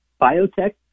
biotech